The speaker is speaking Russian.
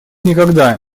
никогда